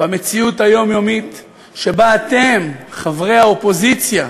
במציאות היומיומית שבה אתם, חברי האופוזיציה,